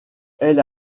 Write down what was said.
elle